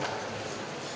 Hvala